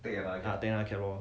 ya take another cab lor